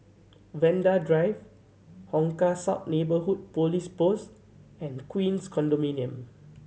Vanda Drive Hong Kah South Neighbourhood Police Post and Queens Condominium